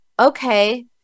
okay